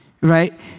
Right